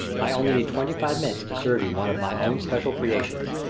i only need twenty-five minutes to serve you one of my own special creations.